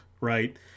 right